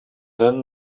then